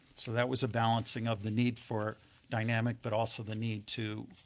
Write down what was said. so that was a balancing of the need for dynamic but also the need to